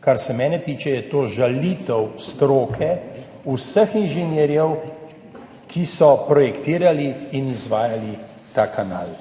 Kar se mene tiče, je to žalitev stroke, vseh inženirjev, ki so projektirali in izvajali ta kanal.